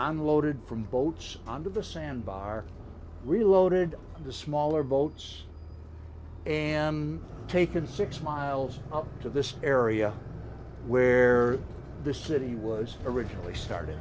unloaded from boats under the sandbar reloaded the smaller boats and taken six miles up to this area where the city was originally started